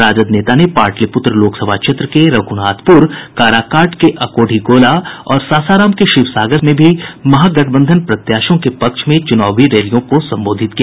राजद नेता ने पाटलिपुत्र लोकसभा क्षेत्र के रघुनाथपुर काराकाट के अकोढ़ीगोला और सासाराम के शिवसागर में भी महागठबंधन प्रत्याशियों के पक्ष में चुनावी रैलियों को संबोधित किया